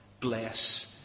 bless